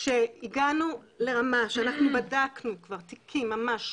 כשהגענו לרמה שאנחנו בדקנו כבר תיקים ממש,